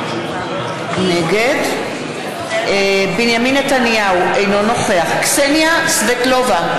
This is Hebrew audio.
נגד בנימין נתניהו, אינו נוכח קסניה סבטלובה,